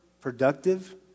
productive